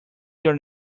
your